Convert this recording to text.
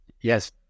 yes